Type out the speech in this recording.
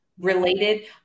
related